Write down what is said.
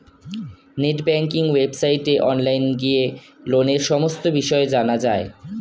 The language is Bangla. নেট ব্যাঙ্কিং ওয়েবসাইটে অনলাইন গিয়ে লোনের সমস্ত বিষয় জানা যায়